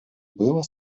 было